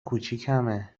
کوچیکمه